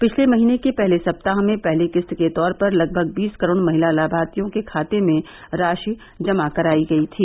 पिछले महीने के पहले सप्ताह में पहली किस्त के तौर पर लगभग बीस करोड़ महिला लाभार्थियों के खाते में राशि जमा कराई गई थी